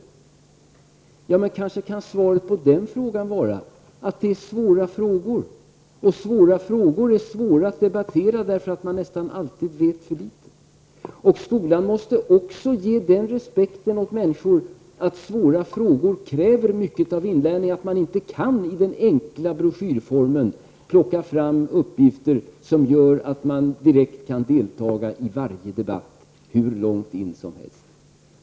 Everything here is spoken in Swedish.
Svaret på den frågan kanske kan vara att det rör sig om svåra frågor, och svåra frågor är svåra att debattera eftersom man nästan alltid vet för litet. Skolan måste också respektera människor så till vida att svåra frågor kräver mycket av inlärningen. I den enkla broschyrformen kan man inte plocka fram uppgifter som gör att man direkt kan delta i varje debatt hur djup som helst.